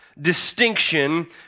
distinction